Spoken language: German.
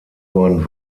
worden